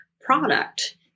product